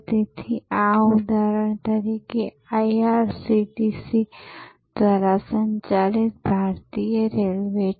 તેથી આ ઉદાહરણ તરીકે IRCTC દ્વારા સંચાલિત ભારતીય રેલ્વે છે